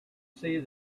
see